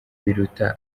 biruta